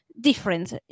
different